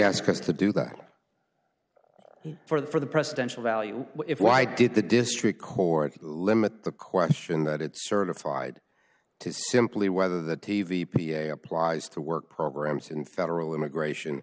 ask us to do that for the for the presidential value if why did the district court limit the question that it certified to simply whether the t v p s a applies to work programs in federal immigration